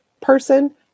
person